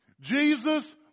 Jesus